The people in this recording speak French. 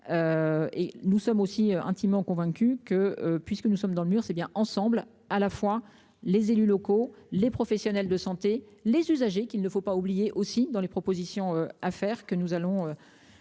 Et nous sommes aussi intimement convaincu que puisque nous sommes dans le mur c'est bien ensemble à la fois les élus locaux, les professionnels de santé les usagers qu'il ne faut pas oublier aussi dans les propositions à faire, que nous allons.